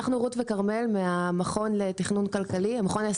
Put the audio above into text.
אנחנו רות וכרמל מהמכון הישראלי לתכנון כלכלי.